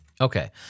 okay